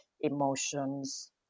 emotions